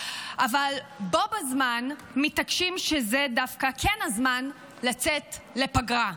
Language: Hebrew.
אבל בו בזמן מתעקשים שזה דווקא כן הזמן לצאת לפגרה.